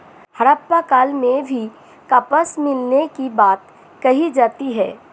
हड़प्पा काल में भी कपास मिलने की बात कही जाती है